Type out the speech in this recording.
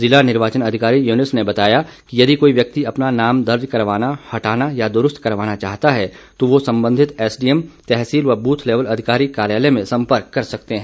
जिला निर्वाचन अधिकारी युनूस ने बताया कि यदि कोई व्यक्ति अपना नाम दर्ज करवाना हटाना या द्रूस्त करवाना चाहता है तो वो संबंधित एसडीएम तहसील व ब्रथ लेवल अधिकारी कार्यालय में सम्पर्क कर सकते हैं